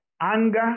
anger